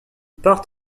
partent